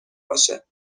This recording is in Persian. باشه